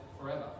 forever